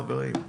חברים.